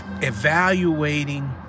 evaluating